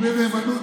אם אין נאמנות,